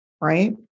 Right